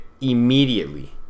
immediately